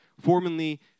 Formerly